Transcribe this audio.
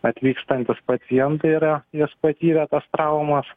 atvykstantys pacientai yra jas patyrę tas traumas